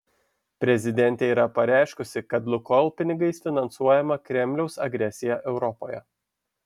prezidentė yra pareiškusi kad lukoil pinigais finansuojama kremliaus agresija europoje